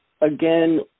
again